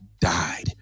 died